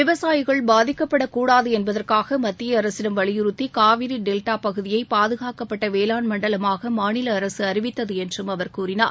விவசாயிகள் பாதிக்கப்படக் கூடாது என்பதற்காக மத்திய அரசிடம் வலியுறத்தி காவிரி டெல்டா பகுதியை பாதுகாக்கப்பட்ட வேளாண் மண்டலமாக மாநில அரசு அறிவித்தது என்றும் அவர் கூறினார்